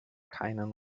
keinen